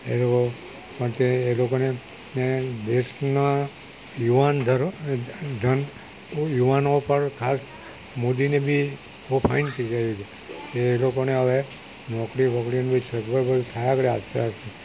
એઓ પણ તે લોકોને ને દેશના યુવાન ધન તો યુવાનો ઉપર ખાસ મોદીને બી બહુ ફાઇન વિચાર્યું છે કે એ લોકોને હવે નોકરી બોકરીનું કંઇ સગવડ થાય હવે આજકાલ